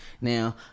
Now